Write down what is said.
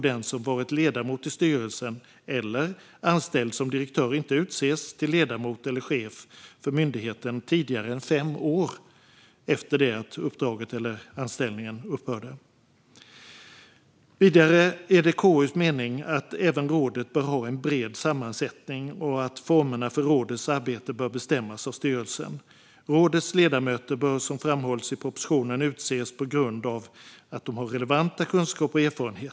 Den som varit ledamot i styrelsen eller anställd som direktör får inte utses till ledamot eller chef för myndigheten tidigare än fem år efter att uppdraget eller anställningen upphört. Det är KU:s mening att även rådet bör ha en bred sammansättning och att formerna för rådets arbete bör bestämmas av styrelsen. Rådets ledamöter bör, som framhålls i propositionen, utses på grund av att de har relevanta kunskaper och erfarenheter.